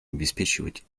обеспечивать